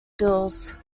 bills